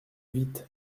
vite